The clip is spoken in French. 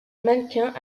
mannequins